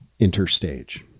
interstage